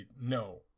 no